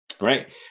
Right